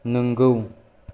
नोंगौ